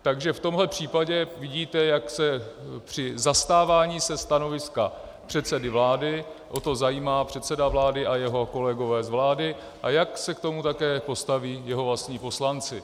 Takže v tomhle případě vidíte, jak se při zastávání se stanoviska předsedy vlády o to zajímá předseda vlády a jeho kolegové z vlády a jak se k tomu také postaví jeho vlastní poslanci.